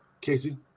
casey